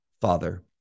Father